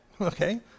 Okay